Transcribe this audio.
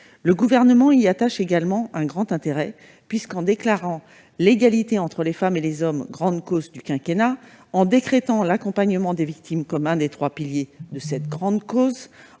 Le Gouvernement y attache également un grand intérêt, puisque, en déclarant l'égalité entre les femmes et les hommes grande cause du quinquennat, en décrétant que l'accompagnement des victimes constituait l'un des trois piliers de cette grande cause